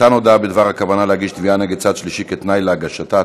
(מתן הודעה בדבר הכוונה להגיש תביעה נגד צד שלישי כתנאי להגשתה),